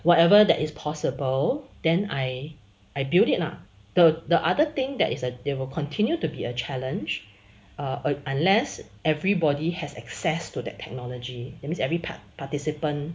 whatever that is possible then I I built it lah the the other thing that is err they will continue to be a challenge err unless everybody has access to that technology that means every part participant